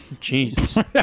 Jesus